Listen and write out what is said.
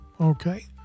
Okay